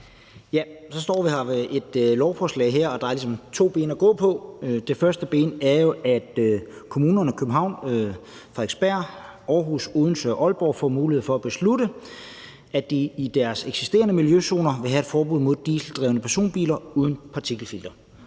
Vi står her med et lovforslag, der ligesom har to ben at gå på. Det første ben er den del, der handler om, at kommunerne København, Frederiksberg, Aarhus, Odense og Aalborg får mulighed for at beslutte, at de i deres eksisterende miljøzoner vil have forbud mod dieseldrevne personbiler uden partikelfilter.